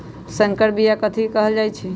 संकर बिया कथि के कहल जा लई?